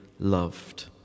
loved